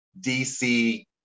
DC